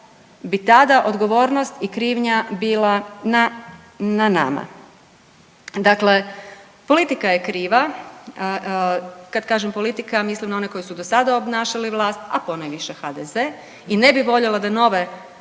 bi tada odgovornost i krivnja bila na nama. Dakle, politika je kriva. Kad kažem politika, mislim na one koji su do sada obnašali vlast, a ponajviše HDZ i ne bih voljela da nove